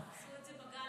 עשו את זה בגל הראשון.